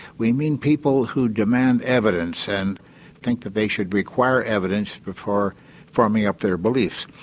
we mean people who demand evidence and think that they should require evidence before firming up their beliefs.